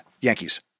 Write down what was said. Yankees